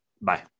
Bye